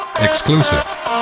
Exclusive